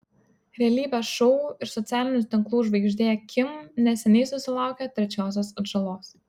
realybės šou ir socialinių tinklų žvaigždė kim neseniai susilaukė trečiosios atžalos